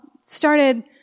started